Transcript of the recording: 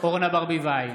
אורנה ברביבאי,